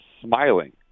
smiling